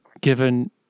given